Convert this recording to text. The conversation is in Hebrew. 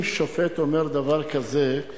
אם שופט אומר דבר כזה,